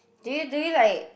do you do you like